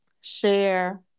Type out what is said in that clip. share